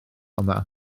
yma